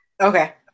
Okay